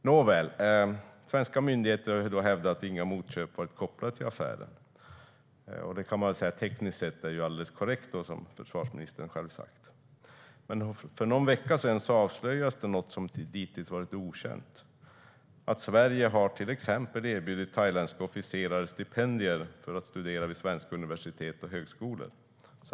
Nåväl, svenska myndigheter har hävdat att inga motköp har varit kopplade till affären. Tekniskt sett är det alldeles korrekt, som försvarsministern själv sa. Men för någon vecka sedan avslöjades något som varit okänt hittills: Sverige har till exempel erbjudit sammanlagt 37 thailändska officerare stipendier för att studera vid svenska universitet och högskolor.